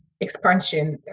expansion